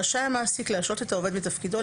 רשאי המעסיק להשעות את העובד מתפקידו,